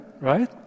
right